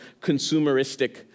consumeristic